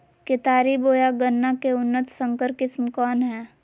केतारी बोया गन्ना के उन्नत संकर किस्म कौन है?